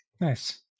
nice